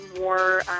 more